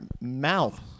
mouth